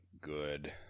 good